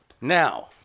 Now